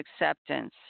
acceptance